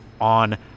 on